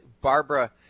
barbara